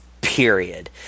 period